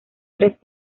tres